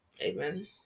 Amen